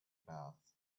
bath